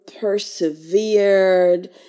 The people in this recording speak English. persevered